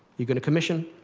you're going to commission.